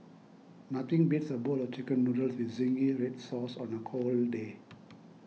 nothing beats a bowl of Chicken Noodles with Zingy Red Sauce on a cold day